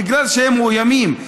בגלל שהם מאוימים.